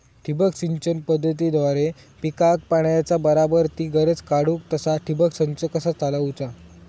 ठिबक सिंचन पद्धतीद्वारे पिकाक पाण्याचा बराबर ती गरज काडूक तसा ठिबक संच कसा चालवुचा?